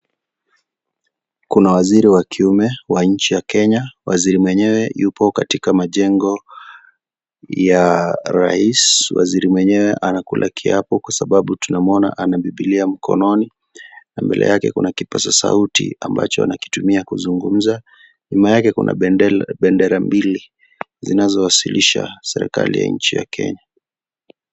Kuna waziri wa kiume wa nchi ya Kenya, waziri mwenyewe yupo katika majengo ya Rais, waziri mwenyewe anakula kiapo kwasababu tunamwona ana bibilia mkononi, na mbele yake kuna kipasa sauti ambacho anakitumia kuzungumza, nyuma yake kuna bendera mbili, zinazowasilisha serkali ya nchi ya Kenya.